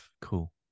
cool